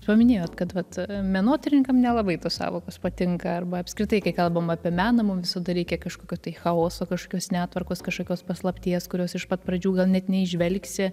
paminėjot kad vat menotyrininkam nelabai tos sąvokos patinka arba apskritai kai kalbam apie meną mum visada reikia kažkokio tai chaoso kažkokios netvarkos kažkokios paslapties kurios iš pat pradžių gal net neįžvelgsi